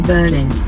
Berlin